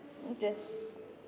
okay